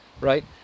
right